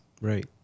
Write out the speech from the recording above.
right